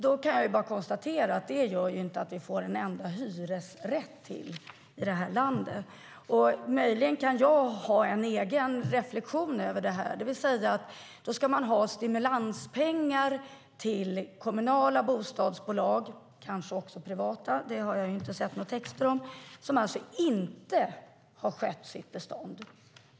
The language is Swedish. Då kan jag bara konstatera att detta inte gör att vi får en enda hyresrätt till i det här landet. Möjligen kan jag ha en egen reflexion över det här. Man ska alltså ha stimulanspengar till kommunala bostadsbolag, kanske också privata - det har jag inte sett några texter om - som inte har skött sitt bestånd.